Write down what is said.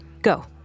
Go